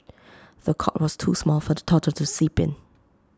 the cot was too small for the toddler to sleep in